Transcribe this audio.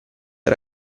era